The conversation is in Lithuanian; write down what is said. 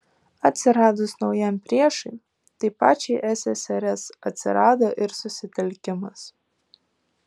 atsiradus naujam priešui tai pačiai ssrs atsirado ir susitelkimas